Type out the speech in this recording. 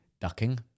ducking